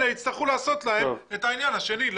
לאלה יצטרכו לעשות את העניין השני.